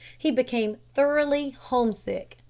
he became thoroughly home-sick,